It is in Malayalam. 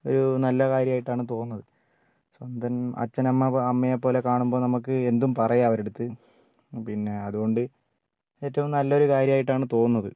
ഒരു നല്ല കാര്യമായിട്ടാണ് തോന്നുന്നത് സ്വന്തം അച്ഛൻ അമ്മ അമ്മയെപ്പോലെ കാണുമ്പോൾ നമുക്ക് എന്തും പറയാം അവരുടെയടുത്ത് പിന്നെ അതുകൊണ്ട് ഏറ്റവും നല്ലൊരു കാര്യമായിട്ടാണ് തോന്നുന്നത്